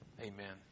Amen